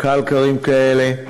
קלקרים כאלה.